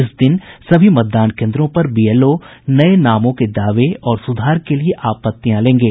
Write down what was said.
इस दिन सभी मतदान केंद्रों पर बीएलओ नये नामों के दावे और सुधार के लिये आपत्तियां लेंगे